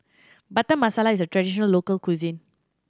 Butter Masala is a traditional local cuisine